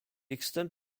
extent